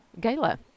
Gala